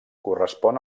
correspon